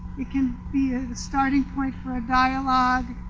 it can be a starting point for a dialog.